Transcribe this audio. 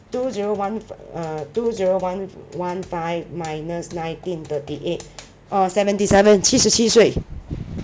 two zero one err two zero one one five minus nineteen thirty eight orh seventy seven 七十七岁